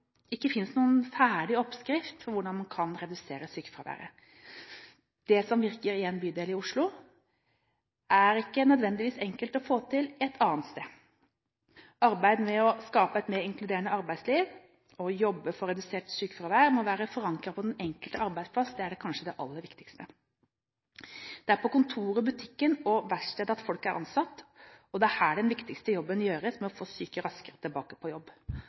ferdig oppskrift på hvordan man kan redusere sykefraværet. Det som virker i en bydel i Oslo, er ikke nødvendigvis enkelt å få til et annet sted. Arbeidet med å skape et mer inkluderende arbeidsliv og å jobbe for redusert sykefravær må være forankret på den enkelte arbeidsplass. Det er kanskje det aller viktigste. Det er på kontoret, på butikken og på verkstedet folk er ansatt, og det er her den viktigste jobben gjøres med å få syke raskere tilbake på jobb.